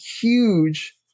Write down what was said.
huge